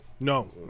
No